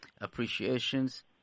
appreciations